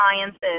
sciences